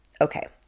Okay